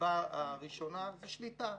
הסיבה הראשונה היא שליטה,